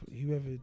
whoever